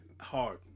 hard